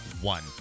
One